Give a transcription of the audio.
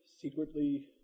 secretly